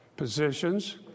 Positions